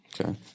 okay